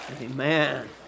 Amen